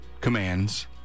commands